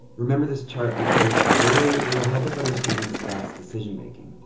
remember this chart because later, it will help us understand scott's decision-making.